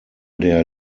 der